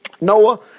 Noah